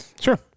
Sure